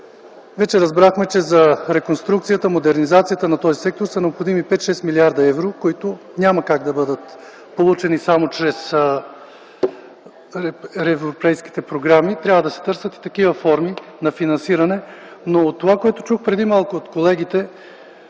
Вече разбрахме, че за реконструкцията, модернизацията на този сектор са необходими 5-6 млрд. евро, които няма как да бъдат получени само чрез европейските програми, трябва да се търсят и такива форми на финансиране. От това, което чух преди малко от колегите,